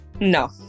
No